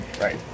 Right